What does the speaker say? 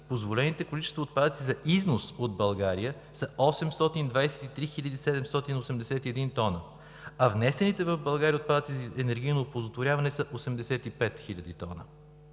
позволените количества отпадъци за износ от България са 823 781 тона, а внесените в България отпадъци за енергийно оползотворяване са 85 000 тона.